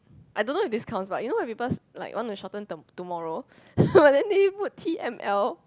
I don't know if this counts but you know when people like want to shorten to~ tomorrow but then they put T_M_L